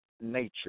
nature